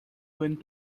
went